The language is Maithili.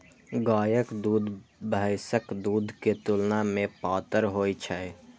गायक दूध भैंसक दूध के तुलना मे पातर होइ छै